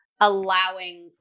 allowing